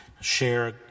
share